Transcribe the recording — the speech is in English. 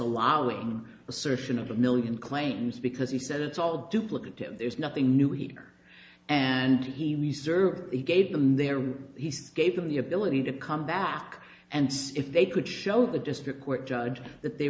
disallowing assertion of a million claims because he said it's all duplicative there's nothing new here and he reserves he gave them there he gave them the ability to come back and if they could show the district court judge that they